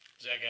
Zach